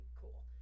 cool